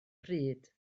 pryd